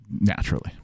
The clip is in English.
Naturally